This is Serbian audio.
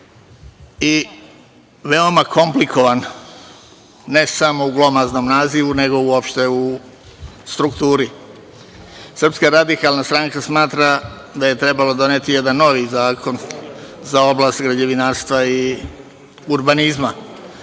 i veoma komplikovan, ne samo u glomaznom nazivu, nego uopšte u strukturi. Srpska radikalna smatra da je trebalo doneti jedan novi zakon za oblast građevinarstva i urbanizma.